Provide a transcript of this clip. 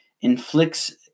inflicts